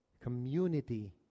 Community